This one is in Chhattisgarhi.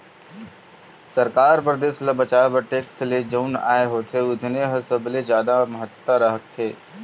सरकार बर देस ल चलाए बर टेक्स ले जउन आय होथे तउने ह सबले जादा महत्ता राखथे